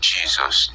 Jesus